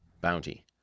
bounty